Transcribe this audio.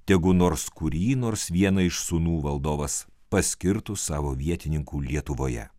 tegu nors kurį nors vieną iš sūnų valdovas paskirtų savo vietininku lietuvoje